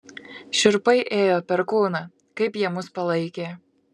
šiurpai ėjo per kūną kaip jie mus palaikė